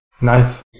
Nice